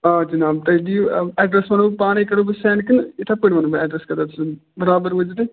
آ جناب تُہۍ دِیو ایٚڈرَس وَنو بہٕ پانَے کَرو بہٕ سیٚنٛڈ کنہٕ یِتھَے پٲٹھۍ وَنو بہٕ ایٚڈرَس کتیٚتھ چھُ بَرابَر وٲتیو تُہۍ